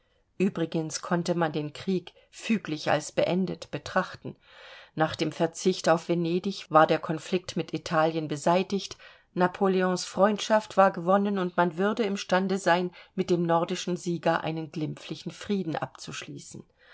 übrigens konnte man den krieg füglich als beendet betrachten nach dem verzicht auf venedig war der konflikt mit italien beseitigt napoleons freundschaft war gewonnen und man würde im stande sein mit dem nordischen sieger einen glimpflichen frieden abzuschließen